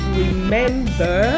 remember